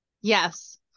Yes